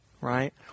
right